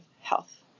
health